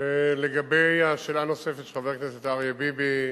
לגבי השאלה הנוספת של חבר הכנסת אריה ביבי,